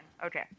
Okay